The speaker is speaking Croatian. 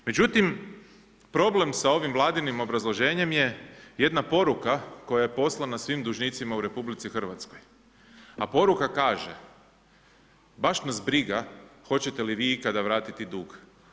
Međutim, problem sa ovim vladinim obrazloženjem je jedna poruka koja je poslana svim dužnicima u RH, a poruka kaže, baš nas briga hoćete li vi ikada vratiti dug.